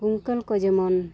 ᱠᱩᱝᱠᱟᱹᱞ ᱠᱚ ᱡᱮᱢᱚᱱ